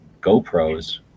GoPros